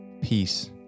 peace